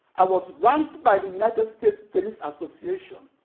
i was ranked by the united states tennis association,